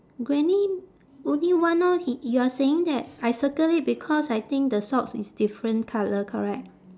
granny only one orh h~ you are saying that I circle it because I think the socks is different colour correct